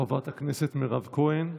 חברת הכנסת מירב כהן.